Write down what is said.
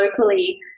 locally